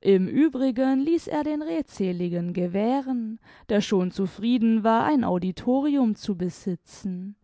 im uebrigen ließ er den redseligen gewähren der schon zufrieden war ein auditorium zu besitzen